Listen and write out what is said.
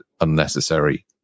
unnecessary